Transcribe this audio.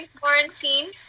quarantine